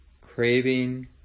craving